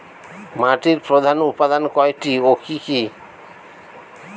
মাটির প্রধান উপাদান কয়টি ও কি কি?